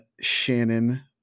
Shannon